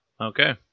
Okay